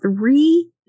three